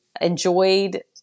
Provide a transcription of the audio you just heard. enjoyed